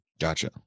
Gotcha